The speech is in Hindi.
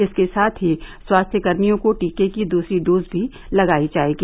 इसके साथ ही स्वास्थ्यकर्मियों को टीके की दूसरी डोज भी लगायी जाएगी